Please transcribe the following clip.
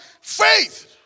Faith